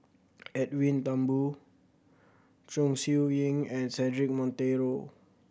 Edwin Thumboo Chong Siew Ying and Cedric Monteiro